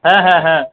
হ্যাঁ হ্যাঁ হ্যাঁ